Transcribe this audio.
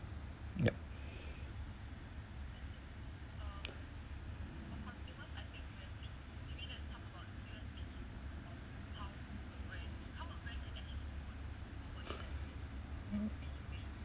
yup